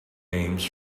names